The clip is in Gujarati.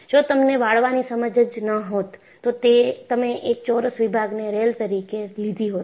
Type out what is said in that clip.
જો તમને વાળવાની સમજ જ ન હોત તો તમે એક ચોરસ વિભાગને રેલ તરીકે લીધી હોત